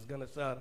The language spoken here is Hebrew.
סגן השר,